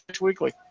Weekly